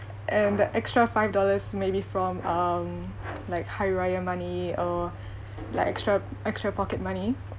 and extra five dollars maybe from um like hari raya money or like extra extra pocket money